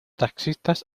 taxistas